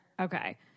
Okay